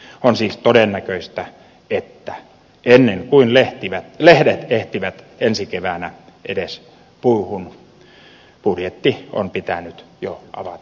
on siis todennäköistä että ennen kuin lehdet ehtivät ensi keväänä edes puuhun budjetti on pitänyt jo avata uudelleen